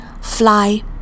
Fly